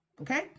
okay